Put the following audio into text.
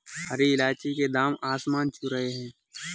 हरी इलायची के दाम आसमान छू रहे हैं